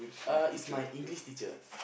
uh is my English teacher